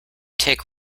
take